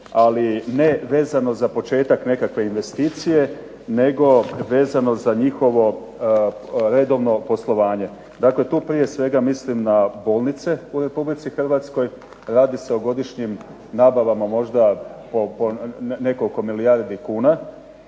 ali ne vezano za početak nekakve investicije, nego vezano za njihovo redovno poslovanje. Dakle, tu prije svega mislim na bolnice u Republici Hrvatskoj, radi se o godišnjim nabavama možda po nekoliko milijardi kuna